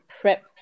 prep